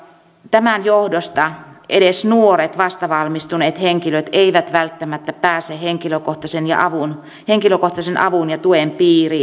tämän johdosta edes nuoret vasta valmistuneet henkilöt eivät välttämättä pääse henkilökohtaisen avun ja tuen piiriin